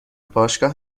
باشگاه